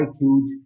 huge